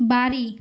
বাড়ি